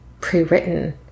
pre-written